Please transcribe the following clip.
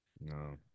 No